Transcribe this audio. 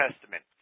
Testament